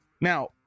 Now